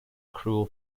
cruel